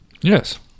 Yes